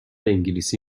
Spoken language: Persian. انگلیسی